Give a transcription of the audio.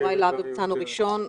יוראי להב הרצנו ראשון.